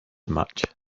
much